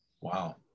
wow